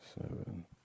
seven